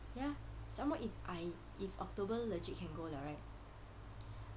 ya some more if I if october legit can go liao right